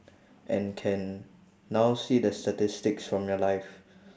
and can now see the statistics from your life